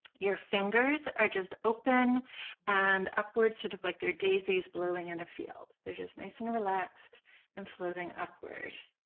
your fingers are just open and upwards sort of like their daisies blowing in a field. they're just nice and relaxed and floating upward.